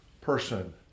person